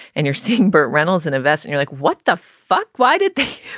and you're seeing burt reynolds in a vest and you're like, what the fuck? why did they